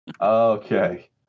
Okay